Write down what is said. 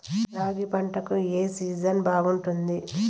రాగి పంటకు, ఏ సీజన్ బాగుంటుంది?